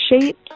shape